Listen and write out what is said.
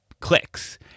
clicks